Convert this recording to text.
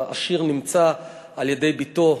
והשיר נמצא על-ידי בתו,